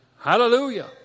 Hallelujah